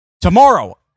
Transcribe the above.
tomorrow